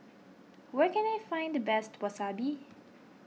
where can I find the best Wasabi